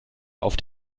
auf